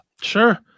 Sure